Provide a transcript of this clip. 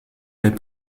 les